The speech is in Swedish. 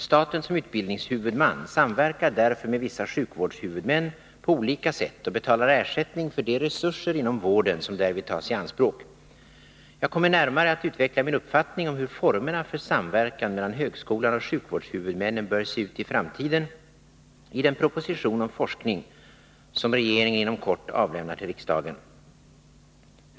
Staten som utbildningshuvudman samverkar därför med vissa sjukvårdshuvudmän på olika sätt och betalar ersättning för de resurser inom vården som därvid tas i anspråk. Jag kommer att närmare utveckla min uppfattning om hur formerna för samverkan mellan högskolan och sjukvårdshuvudmännen bör se ut i framtiden i den proposition om forskning som regeringen inom kort avlämnar till riksdagen.